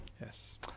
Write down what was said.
Yes